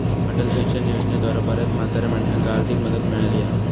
Atal pension योजनेद्वारा बऱ्याच म्हाताऱ्या माणसांका आर्थिक मदत मिळाली हा